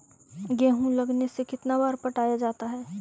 गेहूं लगने से कितना बार पटाया जाता है?